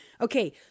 Okay